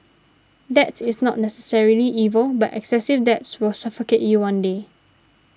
debt is not necessarily evil but excessive debts will suffocate you one day